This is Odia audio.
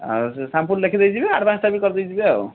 ଆଉ ସେ ସାମ୍ପୁଲ୍ ଦେଖିଦେଇ ଯିବେ ଆଡ଼୍ଭାନ୍ସ୍ଟା ବି କରିଦେଇ ଯିବେ ଆଉ